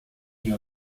the